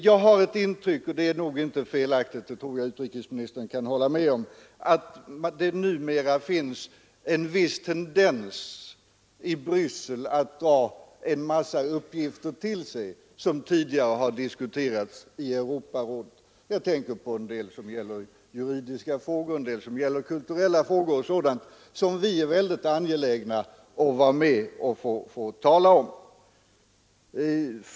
Jag har ett intryck av — detta är nog inte felaktigt, det tror jag utrikesministern kan hålla med om — att det numera finns en tendens i Bryssel att dra till sig en massa uppgifter, som tidigare har diskuterats i Europarådet. Det gäller en del juridiska och kulturella frågor m.m. som det är angeläget för oss att få vara med och tala om.